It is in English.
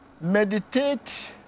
Meditate